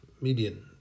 Median